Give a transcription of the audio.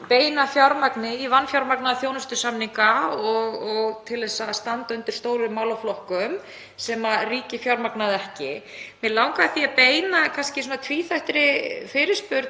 beina fjármagni í vanfjármagnaða þjónustusamninga og til að standa undir stórum málaflokkum sem ríkið fjármagnaði ekki. Mig langaði því kannski að beina tvíþættri fyrirspurn